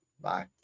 bye